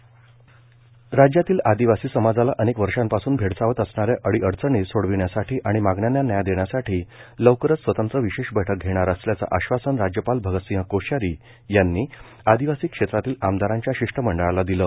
स्वतंत्र विशेष बैठक राज्यातील आदिवासी समाजाला अनेक वर्षांपासून भेडसावत असणाऱ्या अडीअडचणी सोडविण्यासाठी आणि मागण्यांना न्याय देण्यासाठी लवकरच स्वतंत्र विशेष बैठक घेणार असल्याचं आश्वासन राज्यपाल भगतसिंह कोश्यारी यांनी आदिवासी क्षेत्रातील आमदारांच्या शिष्ट मंडळाला दिलं